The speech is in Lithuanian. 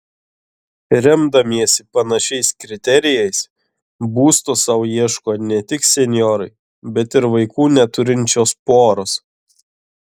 remdamiesi panašiais kriterijais būsto sau ieško ne tik senjorai bet ir vaikų neturinčios poros